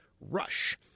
RUSH